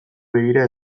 begira